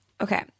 okay